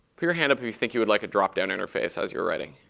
put your hand up if you think you would like a dropdown interface as you were writing.